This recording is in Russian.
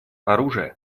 оружия